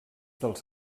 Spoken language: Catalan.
dels